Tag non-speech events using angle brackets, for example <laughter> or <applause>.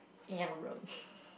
alarum <laughs>